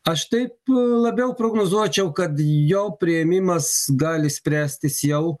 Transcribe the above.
aš taip labiau prognozuočiau kad jo priėmimas gali spręstis jau